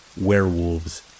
werewolves